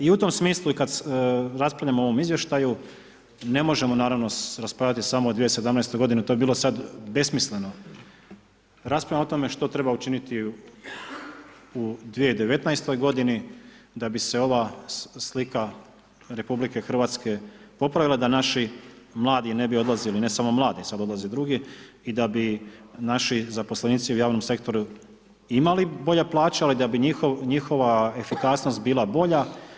I u tom smislu i kad raspravljamo o ovom izvještaju, ne možemo naravno raspravljati samo o 2017. godini to bi bilo sad besmisleno, raspravljamo o tome što treba učiniti u 2019. godini da bi se ova slika RH popravila i da naši mladi ne bi odlazili, ne samo mladi, sada odlaze i drugi i da bi naši zaposlenici u javnom sektoru imali bolje plaće ali da bi njihova efikasnost bila bolja.